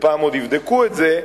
ופעם עוד יבדקו את זה,